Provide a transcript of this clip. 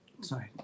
sorry